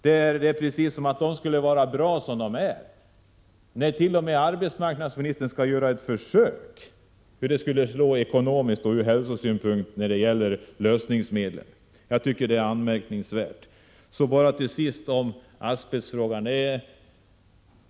Det är precis som om Kjell Nilsson ansåg att de skulle vara bra som de är, när t.o.m. arbetsmarknadsministern skall göra en utredning av hur det skulle slå ekonomiskt och från hälsosynpunkt att halvera gränsvärdena för lösningsmedel i arbetsmiljö. Jag tycker det är anmärkningsvärt. Så till sist bara några ord om asbestfrågan.